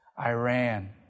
Iran